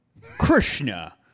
Krishna